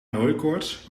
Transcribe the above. hooikoorts